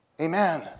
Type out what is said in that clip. Amen